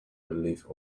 relief